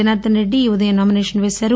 జనార్దన్రెడ్డి ఈ ఉదయం నామినేషన్ వేసారు